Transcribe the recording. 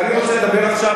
ואני רוצה לדבר עכשיו,